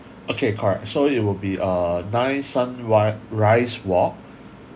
okay correct so it will be uh nine sunrise walk